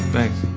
Thanks